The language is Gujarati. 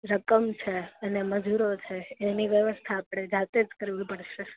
રકમ છે અને મજૂરો છે એની વ્યવસ્થા આપણે જાતે જ કરવી પડશે